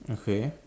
okay